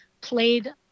played